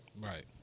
right